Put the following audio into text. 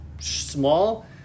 small